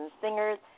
singers